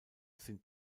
sind